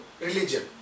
religion